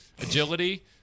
Agility